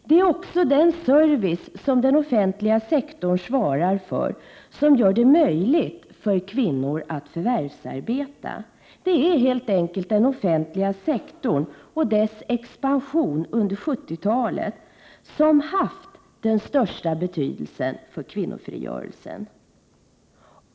Det är också den service som den offentliga sektorn svarar för som gör det möjligt för kvinnor att förvärvsarbeta. Det är helt enkelt den offentliga sektorn och dess expansion under 1970-talet som haft den största betydelsen för kvinnofrigörelsen.